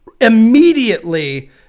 immediately